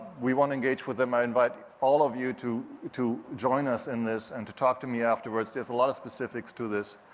we want to engage with them. i invite all of you to to join us in this and to talk to me afterwards, there's a lot of specifics to this.